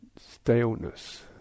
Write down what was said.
staleness